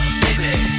baby